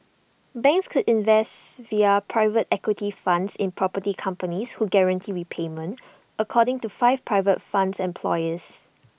banks could invest via private equity funds in property companies who guaranteed repayment according to five private fund employees